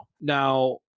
Now